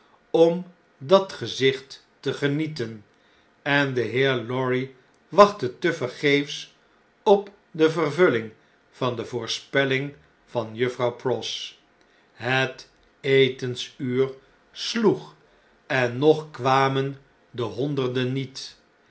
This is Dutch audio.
om dat gezicht te genieten en de heer lorry wachtte tevergeefs op de vervulling van de voorspelling van juffrouw pross het etensuur sloeg en nog kwamen de honderden niet